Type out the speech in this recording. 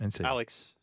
Alex